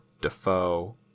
defoe